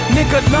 Nigga